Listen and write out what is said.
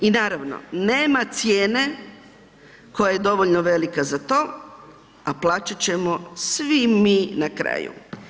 I naravno nema cijene koja je dovoljno velika za to a plaćati ćemo svi mi na kraju.